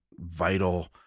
vital